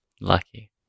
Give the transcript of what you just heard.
Lucky